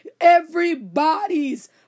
Everybody's